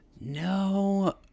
No